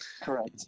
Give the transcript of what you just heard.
correct